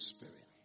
Spirit